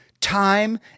time